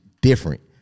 different